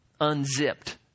unzipped